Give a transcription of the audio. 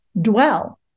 dwell